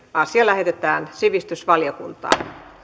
asia lähetetään sivistysvaliokuntaan